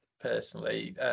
personally